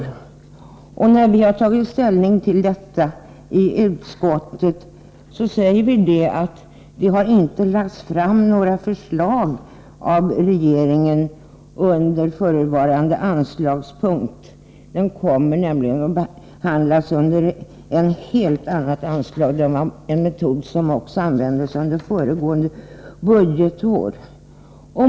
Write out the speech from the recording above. När vi tagit ställning till detta i utskottet har vi konstaterat att det inte lagts fram något förslag av regeringen under ifrågavarande anslagspunkt. Saken kommer nämligen att behandlas under en helt annan anslagspunkt. Det är en metod som tillämpades även under föregående budgetår.